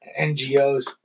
NGOs